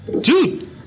dude